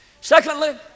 Secondly